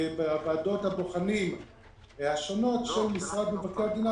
בוועדות הבוחנים השונות של משרד מבקר המדינה,